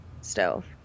stove